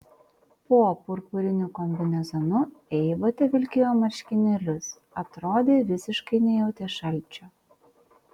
po purpuriniu kombinezonu eiva tevilkėjo marškinėlius atrodė visiškai nejautė šalčio